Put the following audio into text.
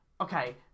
okay